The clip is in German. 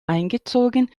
eingezogen